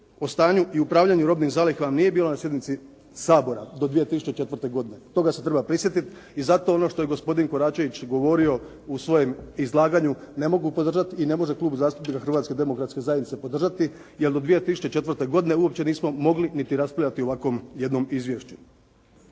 stanju i upravljanju robnim zalihama nije bilo na sjednici Sabora do 2004. godine. Toga se treba prisjetiti i zato ono što je gospodin Koračević govorio u svojem izlaganju ne mogu podržat i ne može Klub zastupnika Hrvatske demokratske zajednice podržati jer do 2004. godine uopće nismo mogli niti raspravljati o ovakvom jednom izvješću.